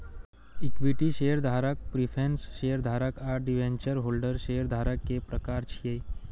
equity शेयरधारक, preference शेयरधारक आ डिवेंचर होल्डर शेयरधारक के प्रकार छियै